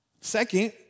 Second